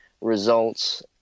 results